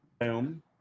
boom